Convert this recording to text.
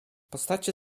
postacie